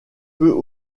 peut